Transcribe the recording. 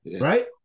right